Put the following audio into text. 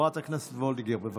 חברת הכנסת וולדיגר, בבקשה.